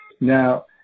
Now